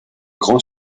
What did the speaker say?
grand